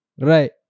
Right